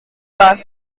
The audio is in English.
war